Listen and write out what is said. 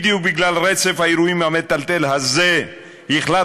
בדיוק בגלל רצף האירועים המטלטל הזה החלטנו